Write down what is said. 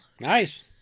Nice